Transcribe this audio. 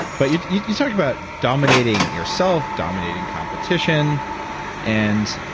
but you you talk about dominating yourself, dominating competition and